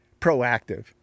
proactive